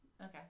Okay